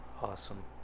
awesome